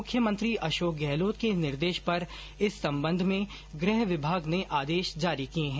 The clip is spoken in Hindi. मुख्यमंत्री अशोक गहलोत के निर्देश पर इस संबंध में गृह विभाग ने आदेश जारी किए हैं